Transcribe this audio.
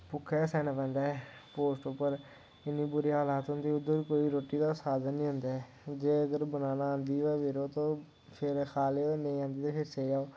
भुक्खा ई सैह्ना पेंदा ऐ पोस्ट उप्पर इ'न्नी बुरी हालत होंदी उद्धर कोई रुट्टी दा साधन निं होंदा ऐ जेकर बनाना आंदी होऐ फिर ओह् फिर खा लैयो नेईं आंदी फिर सेई जाओ